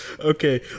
Okay